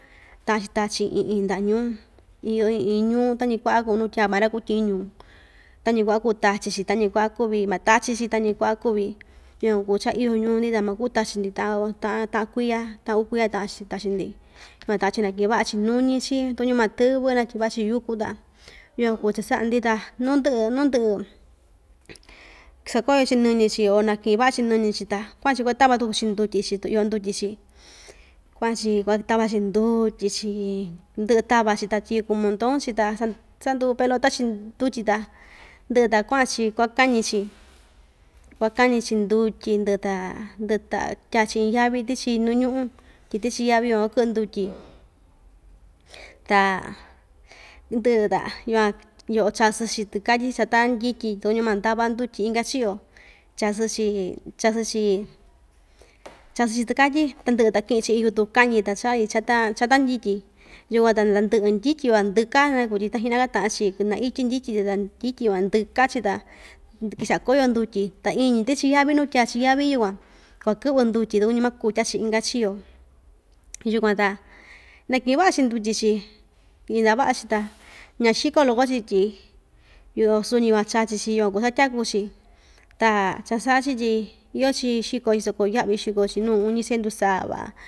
Ta'an‑chi tachi iin iin nda'a ñuu iyo iin iin ñuu tañi kua'a kuu nutya maa ra‑kutyiñu tañi kua'a kuu tachi‑chi tañi kua'a kuvi matachi‑chi tañi ku'va kuvi yukuan kuu cha‑iyo ñuu‑ndi ta makuu tachi‑ndi ta'an ta'an kuiya ta'a uu kuiya ta'an‑chi tachi‑ndi yukuan ta'an‑chi naki'in va'a‑chi nuñi‑chi tuñu matɨ́vɨ natyiva'a‑chi yúku ta yukuan kuu cha‑sa'a‑ndi ta nundɨ'ɨ nundɨ'ɨ sakoyo‑chi nɨñɨ‑chi o naki'in va'a‑chi nɨñɨ‑chi ta kua'an‑chi kuatava tuku‑chi ndutyi‑chi tu iyo ndutyi‑chi kua'an‑chi kuatava‑chi ndutyi‑chi ndɨ'ɨ tava‑chi ta tyɨyuku monton‑chi ta sand sandu pelota‑chi ndutyi ta ndɨ'ɨ ta kua'an‑chi kuakáñi‑chi kuakáñi‑chi ndutyi ndɨ ta ndɨ ta tyaa‑chi iin yavi tichi nu ñu'un tyi tichi yavi van vakɨ'ɨ ndutyi ta ndɨ'ɨ ta yukuan yo'o chasɨ‑chi tɨkatyi chata ndyityi tuñu mandava ndutyi inka chiyo chasɨ‑chi chasɨ‑chi chasɨ‑chi tɨkatyi tandɨ'ɨ ta ki'in‑chi iin yutun kañi ta cha'a‑chi chata chata ndyityi yukuan ta tandɨ'ɨ ndyityi van ndɨka naku tyi ta hɨnaka ta'an‑chi kɨ naityi ndyityi tɨ ta ndyityi van ndɨka‑chi ta nd kicha'a koyo ndutyi ta iin‑ñi tichi yavi nu tyaa‑chi yavi yukuan kuakɨ'vɨ ndutyi tu kuñu makutya‑chi inka chiyo yukuan ta naki'in va'a‑chi ndutyi‑chi yinda'a va'a‑chi ta ñasiko loko‑chi tyi yo'o suu‑ñi van chachi‑chi yukuan kuu chatyaku‑chi ta cha‑sa'a‑chi tyi iyo‑chi xiko‑chi soko ya'vi xiko‑chi nuu uñi siendu sava.